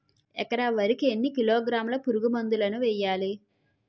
ఎకర వరి కి ఎన్ని కిలోగ్రాముల పురుగు మందులను వేయాలి?